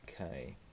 okay